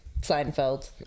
seinfeld